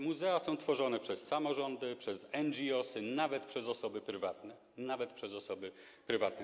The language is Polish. Muzea są tworzone przez samorządy, przez NGO, nawet przez osoby prywatne - nawet przez osoby prywatne.